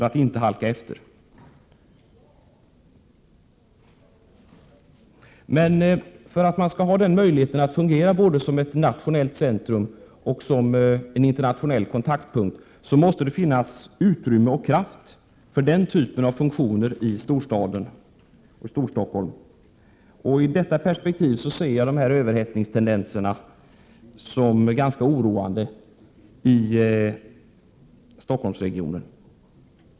Men för att storstaden, Storstockholm, skall ha möjlighet att fungera både som ett nationellt centrum och som en internationell kontaktpunkt måste det finnas utrymme och kraft för den typen av funktioner. I detta perspektiv ser jag överhettningstendenserna i Stockholmsregionen som ganska oroande.